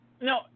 No